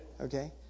Okay